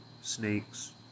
snakes